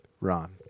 Ron